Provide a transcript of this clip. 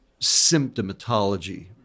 symptomatology